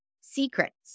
Secrets